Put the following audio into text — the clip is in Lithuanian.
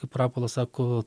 kaip rapolas sako